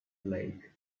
lake